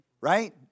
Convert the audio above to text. right